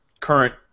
current